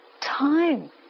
time